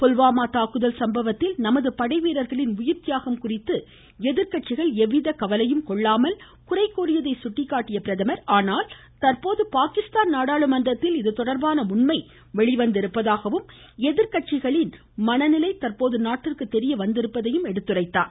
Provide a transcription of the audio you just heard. புல்வாமா தாக்குதல் சம்பவத்தில் நமது படைவீரர்களின் உயிர்த்தியாகத்தை எதிர் கட்சிகள் மதிக்காததோடு எவ்வித கவலையும் கொள்ளாமல் குறை கூறியதை சுட்டிக்காட்டிய பிரதமர் ஆனால் தற்போது பாகிஸ்தான் நாடாளுமன்றத்தில் இது தொடர்பான உண்மை வெளிவந்திருப்பதாகவும் எதிர்க்கட்சிகளின் மனநிலை தற்போது நாட்டிற்கு தெரிய வந்திருப்பதையும் எடுத்துரைத்தார்